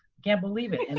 can't believe it, and